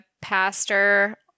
pastor